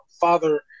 father